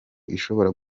ishobora